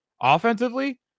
Offensively